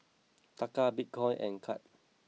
Taka Bitcoin and Kyat